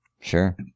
Sure